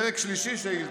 פרק שלישי, שאילתות.